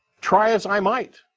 try as i might.